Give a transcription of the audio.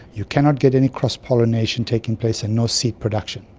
you cannot get any cross pollination taking place and no seed production.